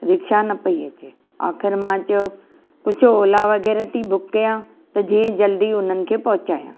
rickshaw न पई अचे आख़िर मां चयो कुझु ओला वगै़रह थी बुक कयां त जीअं जल्दी हुननि खे पहुचायां